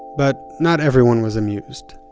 but not everyone was amused.